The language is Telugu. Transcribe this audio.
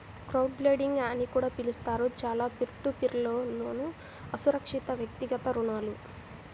క్రౌడ్లెండింగ్ అని కూడా పిలుస్తారు, చాలా పీర్ టు పీర్ లోన్లుఅసురక్షితవ్యక్తిగత రుణాలు